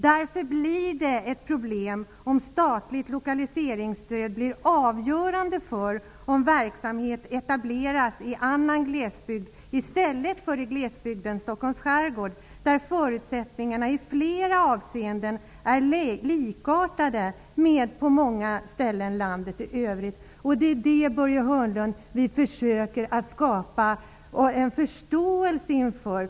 Därför blir det ett problem om statligt lokaliseringsstöd blir avgörande för om verksamhet etableras i annan glesbygd i stället för glesbygden Stockholms skärgård, där förutsättningarna i flera avseenden är likartade med förutsättningarna på många andra håll i landet. Det är detta, Börje Hörnlund, som vi försöker skapa förståelse för.